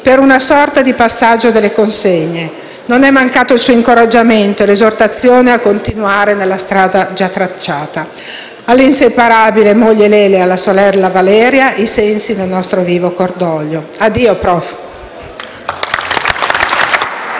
per una sorta di passaggio delle consegne: non è mancato il suo incoraggiamento e l'esortazione a continuare nella strada già tracciata. All'inseparabile moglie Lele e alla sorella Valeria vanno i sensi del nostro vivo cordoglio. Addio prof!